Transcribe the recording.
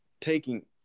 taking